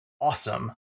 awesome